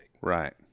Right